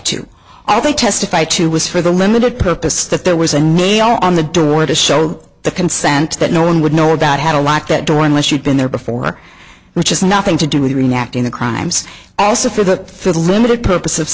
to all they testified to was for the limited purpose that there was a nail on the door to show the consent that no one would know about had a lock that door unless you've been there before which has nothing to do with reenacting the crimes as before that through the limited purpose